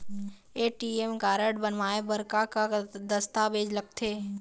ATM card बनवाए बर का का दस्तावेज लगथे?